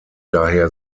daher